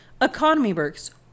EconomyWorks